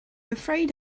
afraid